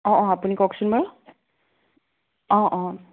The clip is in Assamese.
অ অ আপুনি কওকচোন বাৰু অ অ